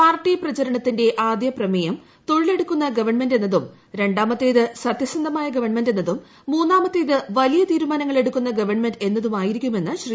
party പ്രചരണത്തിന്റെ ആദ്യ പ്രമേയം തൊഴിഉലിട്ടുക്കുന്ന ഗവൺമെന്റ് എന്നതും രണ്ടാമത്തേത് സത്യസന്ധ്യമുട്ടിയിഗ്വൺമെന്റ് എന്നതും മൂന്നാമത്തേത് വലിയ തീരുമാനങ്ങൾ ഏടുക്കുന്ന ഗവൺമെന്റ് എന്നതുമായിരിക്കുമെന്ന് ശ്രീ